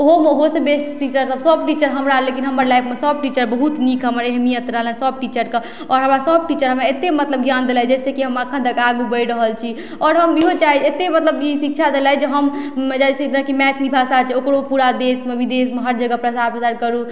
ओहोमे ओहो से बेस्ट टीचर सब सब टीचर हमरा लेकिन हमर लाइफमे सब टीचर बहुत नीक हमर अहमियत रहलै सब टीचरके आओर हमरा सब टीचर हमरा अत्ते मतलब ज्ञान देलथि जे से हम अखन तक आगू बढ़ि रहल छी आओर हम इहो चाहै अत्ते मतलब कि शिक्षा देलथि जे हम मैथिली भाषा छै ओकरो पूरा देशमे बिदेशमे हरजगह प्रसार प्रचार करू